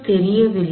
தெரியவில்லை